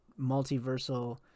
multiversal